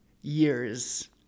years